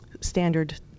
standard